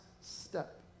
step